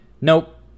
nope